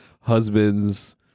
husbands